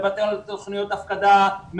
מוותרת על תוכניות הפקדה,